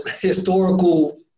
historical